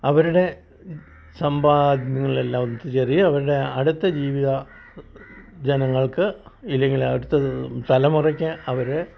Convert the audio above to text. അവരുടെ സമ്പദ്യങ്ങളെല്ലാം ഒത്ത് ചേരുകയും അവരുടെ അടുത്ത ജീവിത ജനങ്ങൾക്ക് ഇല്ലെങ്കിൽ അടുത്ത തലമുറക്ക് അവരെ